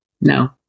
No